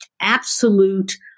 absolute